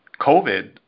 COVID